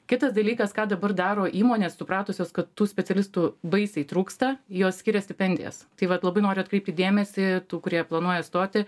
kitas dalykas ką dabar daro įmonės supratusios kad tų specialistų baisiai trūksta jos skiria stipendijas tai vat labai noriu atkreipti dėmesį tų kurie planuoja stoti